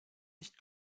nicht